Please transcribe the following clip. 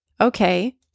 Okay